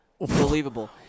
unbelievable